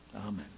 Amen